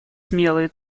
смелые